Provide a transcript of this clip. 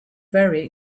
very